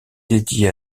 dédiée